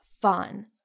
fun